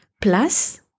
plus